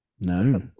no